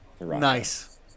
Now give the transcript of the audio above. Nice